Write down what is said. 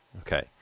Okay